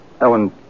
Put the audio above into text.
Ellen